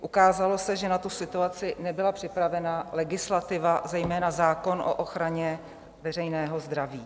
Ukázalo se, že na tu situaci nebyla připravena legislativa, zejména zákon o ochraně veřejného zdraví.